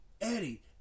Eddie